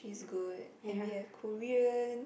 is good and we have Korean